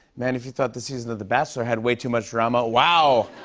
man, if you thought this season of the bachelor had way too much drama, wow.